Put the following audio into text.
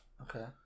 Okay